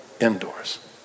indoors